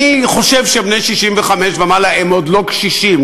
אני חושב שבני 65 ומעלה הם עוד לא קשישים.